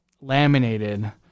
laminated